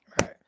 right